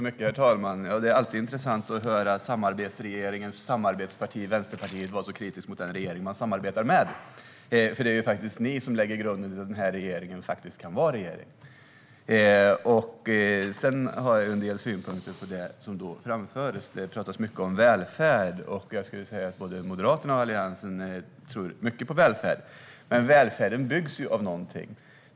Herr talman! Det är alltid intressant att höra samarbetsregeringens samarbetsparti Vänsterpartiet vara så kritisk mot den regering man samarbetar med. Det är faktiskt ni som lägger grunden till att den här regeringen kan vara regering. Jag har en del synpunkter på det som framfördes. Det talades mycket om välfärd. Både Moderaterna och Alliansen tror mycket på välfärd. Men välfärden byggs av någonting.